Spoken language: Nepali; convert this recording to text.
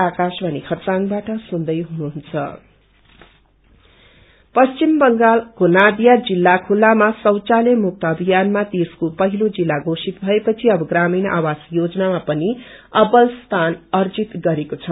आवास योजना पश्चिम बंगालको नदिया जिल्ला खुल्लामा शौचालय मुक्त अभियानमा देश्को पहिलो जिल्ला घोषित भए पछि अब ग्रामीण आवास शेजनामा पनि अब्बल स्थान अर्जित गरेको छ